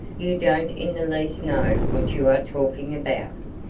you don't in the least know what you are talking about.